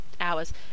hours